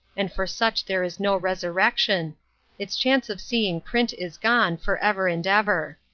and for such there is no resurrection its chance of seeing print is gone, forever and ever.